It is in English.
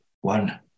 One